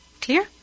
Clear